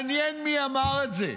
מעניין מי אמר את זה,